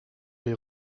les